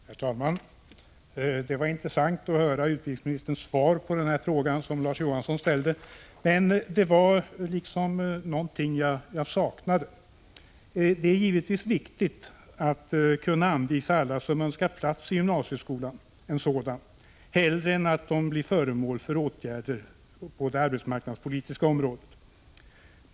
Herr talman! Det var intressant att höra utbildningsministerns svar på de frågor som Larz Johansson hade ställt, men det var någonting jag saknade. Det är givetvis viktigt att kunna anvisa alla som önskar plats i gymnasieskolan en sådan, hellre än att de blir föremål för åtgärder på det arbetsmarknadspolitiska området.